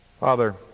Father